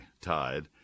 tied